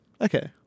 Okay